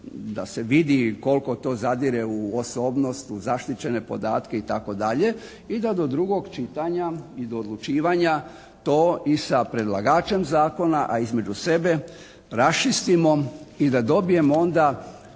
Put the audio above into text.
da se vidi koliko to zadire u osobnost, u zaštićene podatke itd. i da do drugog čitanja i do odlučivanja to i sa predlagačem zakona a između sebe raščistimo i da dobijemo onda